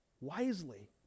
wisely